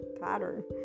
pattern